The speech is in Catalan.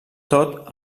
tot